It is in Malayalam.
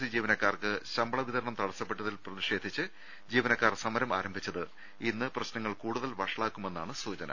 സി ജീവനക്കാർക്ക് ശമ്പള വിത രണം തടസ്സപ്പെട്ടതിൽ പ്രതിഷേധിച്ച് ജീവനക്കാർ സമരം ആരം ഭിച്ചത് ഇന്ന് പ്രശ്നങ്ങൾ കൂടുതൽ വഷളാക്കുമെന്നാണ്സൂചന